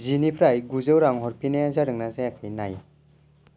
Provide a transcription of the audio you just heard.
जिनिफ्राय गुजौ रां हरफिन्नाया जादोंना जायाखै नाय